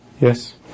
Yes